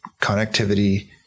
connectivity